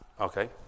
okay